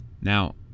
Now